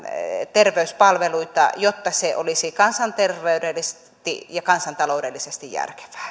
terveyspalveluita jotta se olisi kansanterveydellisesti ja kansantaloudellisesti järkevää